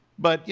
but, you